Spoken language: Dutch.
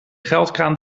geldkraan